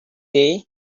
day